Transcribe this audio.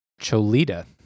Cholita